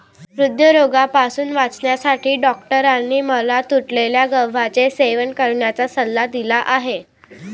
हृदयरोगापासून वाचण्यासाठी डॉक्टरांनी मला तुटलेल्या गव्हाचे सेवन करण्याचा सल्ला दिला आहे